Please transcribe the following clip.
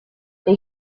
they